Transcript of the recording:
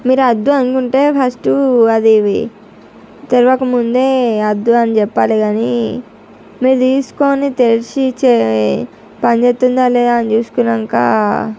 మీరు వద్దు అనుకుంటే ఫస్ట్ అది తెరవకముందే ముందే వద్దు అని చెప్పాలి కానీ మీరు తీసుకొని తెరిసి ఇచ్చే పనిచేస్తుందా లేదా చూసుకున్నాక